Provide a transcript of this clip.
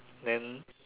then